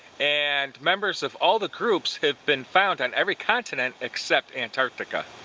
and members of all the groups have been found on every continent except antartica.